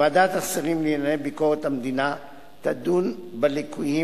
ועדת השרים לענייני ביקורת המדינה תדון בליקויים